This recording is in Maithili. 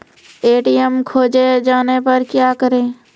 ए.टी.एम खोजे जाने पर क्या करें?